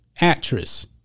actress